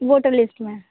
voter list में